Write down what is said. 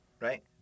Right